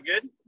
good